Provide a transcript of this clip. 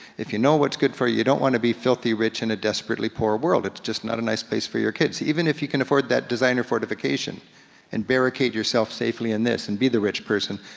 if you know what's good for you, you don't wanna be filthy rich in a desperately poor world, it's just not a nice place for your kids. even if you can afford that designer fortification and barricade yourself safely in this and be the rich person,